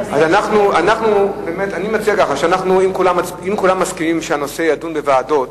אני מציע שאם כולם מסכימים שהנושא יידון בוועדות,